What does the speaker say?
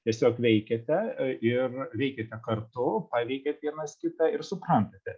tiesiog veikiate ir veikiate kartu paveikėt vienas kitą ir suprantate